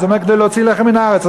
הוא אמר: כדי להוציא לחם מן הארץ.